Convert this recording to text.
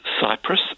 Cyprus